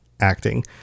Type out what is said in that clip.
acting